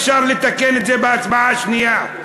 אפשר לתקן את זה בהצבעה שנייה,